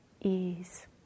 ease